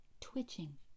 twitching